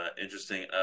interesting